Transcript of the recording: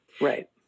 Right